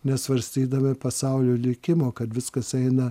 nesvarstydami pasaulio likimo kad viskas eina